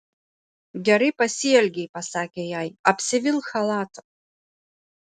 gerai pasielgei pasakė jai apsivilk chalatą